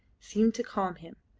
seemed to calm him.